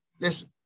listen